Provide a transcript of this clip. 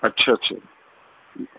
اچھا اچھا